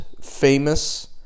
famous